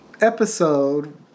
episode